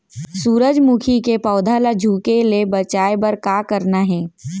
सूरजमुखी के पौधा ला झुके ले बचाए बर का करना हे?